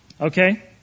Okay